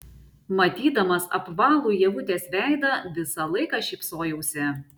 matydamas apvalų ievutės veidą visą laiką šypsojausi